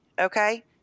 okay